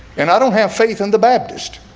and i don't have faith in the baptist.